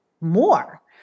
more